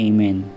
Amen